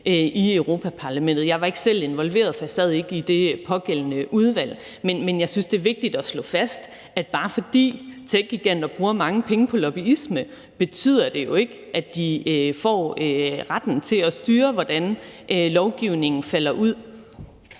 i Europa-Parlamentet. Jeg var ikke selv involveret, for jeg sad ikke i det pågældende udvalg. Men jeg synes, det er vigtigt at slå fast, at bare forbi techgiganter bruger mange penge på lobbyisme, betyder det jo ikke, at de får retten til at styre, hvordan lovgivningen falder ud.